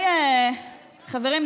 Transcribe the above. חברים,